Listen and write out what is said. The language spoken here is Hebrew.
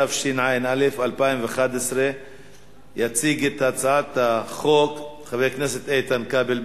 התשע"א 2011. יציג את הצעת החוק חבר הכנסת איתן כבל.